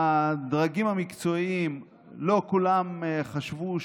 הדרגים המקצועיים לא כולם חשבו,